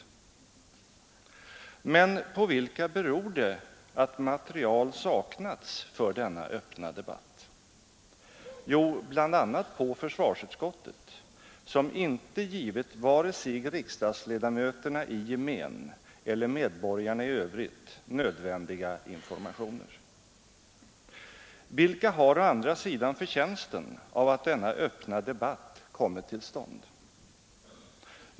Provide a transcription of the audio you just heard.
Men på vilka beror det att material saknats för denna öppna debatt? Jo, bl.a. på försvarsutskottet, som icke givit vare sig riksdagsledamöterna i gemen eller medborgarna i övrigt nödvändiga informationer. Vilka har å andra sidan förtjänsten av att denna öppna debatt kommit till stånd?